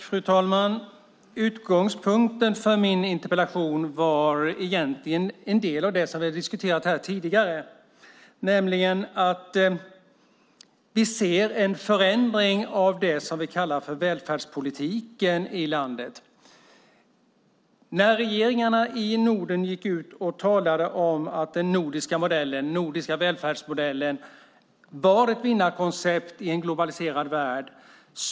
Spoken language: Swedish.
Fru talman! Utgångspunkten för min interpellation var egentligen en del av det som vi har diskuterat här tidigare, nämligen att vi ser en förändring av det som vi kallar för välfärdspolitiken i landet. Regeringarna i Norden gick ut och talade om att den nordiska välfärdsmodellen var ett vinnarkoncept i en globaliserad värld.